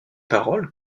paroles